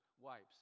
wipes